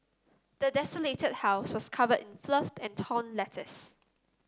the desolate house was covered in filth and torn letters